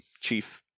chief